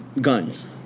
guns